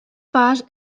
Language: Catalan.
pas